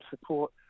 support